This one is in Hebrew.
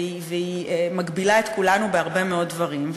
והיא מגבילה את כולנו בהרבה מאוד דברים.